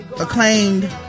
acclaimed